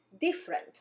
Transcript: different